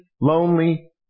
lonely